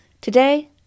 Today